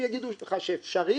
אם הם יגידו לך שאפשרי,